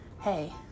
hey